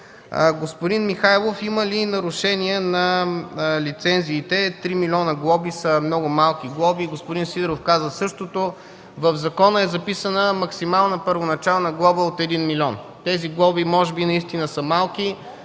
Господин Михайлов пита има ли нарушения на лицензиите? Три милиона глоби са много малки глоби. Господин Сидеров каза същото. В закона е записана максимална първоначална глоба от 1 милион. Тези глоби може би наистина са малки.